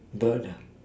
but